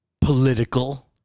Political